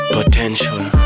Potential